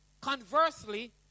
conversely